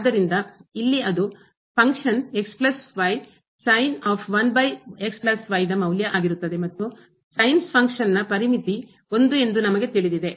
ಆದ್ದರಿಂದ ಇಲ್ಲಿ ಅದು ಫಂಕ್ಷನ್ ಕಾರ್ಯ ದ ಮೌಲ್ಯ ಆಗಿರುತ್ತದೆ ಮತ್ತು ಸೈನ್ಸ್ ಫಂಕ್ಷನ್ನ ಕಾರ್ಯದ ಪರಿಮಿತಿ 1 ಎಂದು ನಮಗೆ ತಿಳಿದಿದೆ